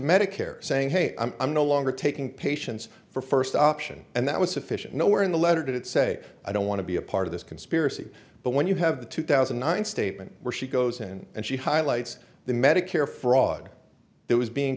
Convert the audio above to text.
medicare saying hey i'm no longer taking patients for first option and that was sufficient nowhere in the letter did it say i don't want to be a part of this conspiracy but when you have the two thousand and nine statement where she goes in and she highlights the medicare fraud that was being